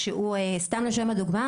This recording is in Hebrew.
סתם לשם הדוגמא,